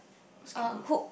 basketball